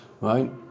right